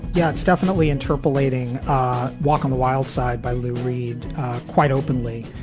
yeah, it's definitely interpolating walk on the wild side by lou reed quite openly.